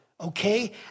Okay